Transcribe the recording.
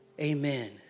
amen